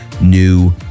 new